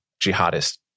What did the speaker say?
jihadist